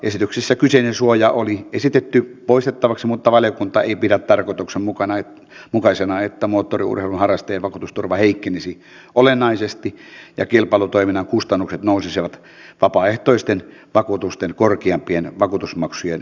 esityksessä kyseinen suoja oli esitetty poistettavaksi mutta valiokunta ei pidä tarkoituksenmukaisena että moottoriurheilun harrastajan vakuutusturva heikkenisi olennaisesti ja kilpailutoiminnan kustannukset nousisivat vapaaehtoisten vakuutusten korkeampien vakuutusmaksujen myötä